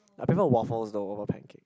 I prefer waffles though over pancake